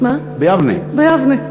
ביבנה.